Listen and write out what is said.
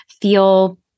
feel